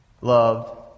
loved